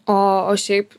o o šiaip